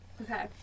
Okay